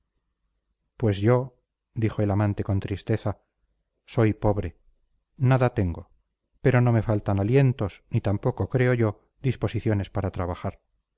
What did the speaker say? pues yo dijo el amante con tristeza soy pobre nada tengo pero no me faltan alientos ni tampoco creo yo disposiciones para trabajar